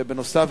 ובנוסף,